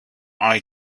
eye